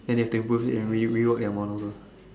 and they have to improve it and re~ rework their models ah